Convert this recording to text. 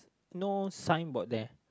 no sign board there